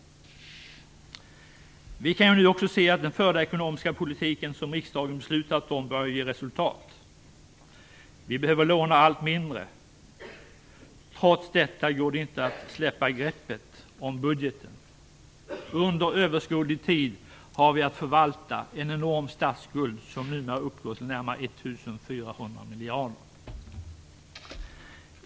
Vi kan nu också se att den förda ekonomiska politiken, som riksdagen har beslutat om, börjar ge resultat. Vi behöver låna allt mindre. Trots detta går det inte att släppa greppet om budgeten. Under överskådlig tid har vi att förvalta en enorm statsskuld; den uppgår numera till närmare 1 400 miljarder.